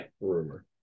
rumor